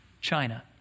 China